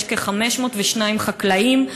יש 502 חקלאים,